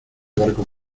barco